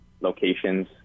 locations